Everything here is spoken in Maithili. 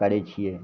करय छियै